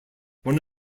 one